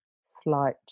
slight